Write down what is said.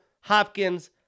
hopkins